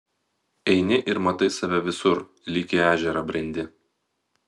eini ir matai save visur lyg į ežerą brendi